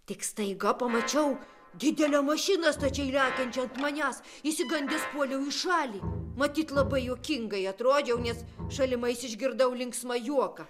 tik staiga pamačiau didelę mašiną stačiai lekiančią ant manęs išsigandęs puoliau į šalį matyt labai juokingai atrodžiau nes šalimais išgirdau linksmą juoką